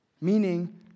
Meaning